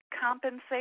Compensate